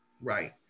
right